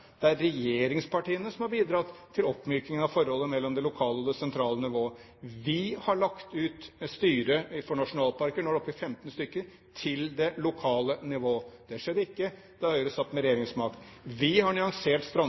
Det er regjeringspartiene som har bidratt til oppmykning av forholdet mellom det lokale og det sentrale nivået. Vi har lagt styringen av nasjonalparkene – som nå er oppe i 15 – til det lokale nivå. Det skjedde ikke da Høyre satt med regjeringsmakt. Vi har nyansert